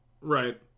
right